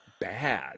bad